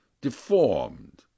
deformed